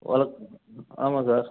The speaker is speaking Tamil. ஆமாம் சார்